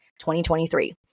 2023